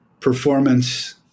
performance